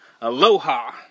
Aloha